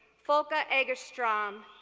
folke ah egerstrom,